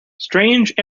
strange